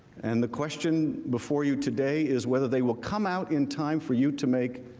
and the question before you today is whether they will come out in time for you to make